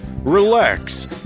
Relax